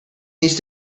needs